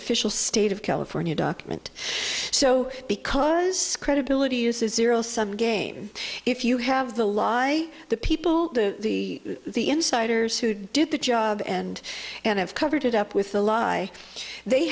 official state of california document so because credibility uses zero sum game if you have the lie the people the insiders who did the job and and have covered it up with the lie they